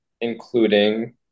including